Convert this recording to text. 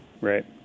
Right